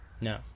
No